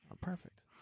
Perfect